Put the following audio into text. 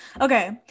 okay